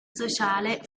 sociale